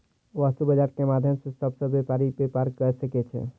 वस्तु बजार के माध्यम सॅ सभ व्यापारी व्यापार कय सकै छै